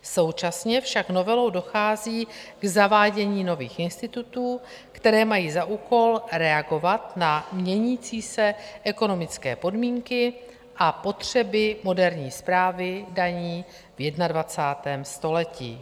Současně však novelou dochází k zavádění nových institutů, které mají za úkol reagovat na měnící se ekonomické podmínky a potřeby moderní správy daní ve 21. století.